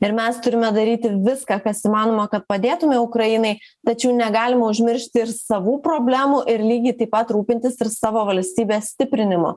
ir mes turime daryti viską kas įmanoma kad padėtume ukrainai tačiau negalima užmiršti ir savų problemų ir lygiai taip pat rūpintis ir savo valstybės stiprinimu